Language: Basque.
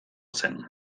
zen